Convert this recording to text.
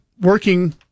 working